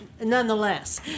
nonetheless